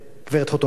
גברת חוטובלי,